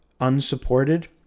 unsupported